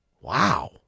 Wow